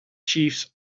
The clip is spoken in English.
chiefs